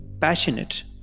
passionate